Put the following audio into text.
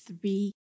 three